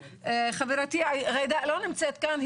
חברתי ג'ידא לא נמצאת כאן,